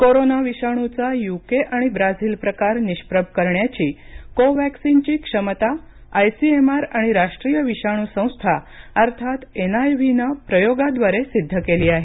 corona विषाणूचा UK आणि Brazil प्रकार निष्प्रभ करण्याची कोवॅक्सिनची क्षमता आयसीएमआर आणि राष्ट्रीय विषाणू संस्था अर्थात एनआयव्ही नं प्रयोगाद्वारे सिद्ध केली आहे